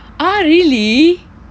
!huh! really